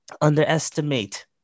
underestimate